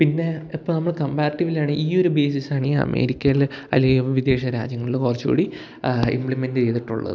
പിന്നെ ഇപ്പം നമ്മൾ കമ്പാരിറ്റിവിലാണ് ഈ ഒരു ബേസിസ് ആണ് ഈ അമേരിക്കയിൽ അല്ലേ വിദേശ രാജ്യങ്ങളിൽ കുറച്ചു കൂടി ഇമ്പ്ലിമെന്റ് ചെയ്തിട്ടുള്ളത്